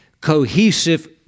cohesive